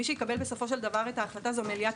מי שיקבל בסופו של דבר את ההחלטה זו מליאת